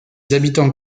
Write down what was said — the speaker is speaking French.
habitants